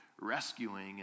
rescuing